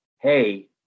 hey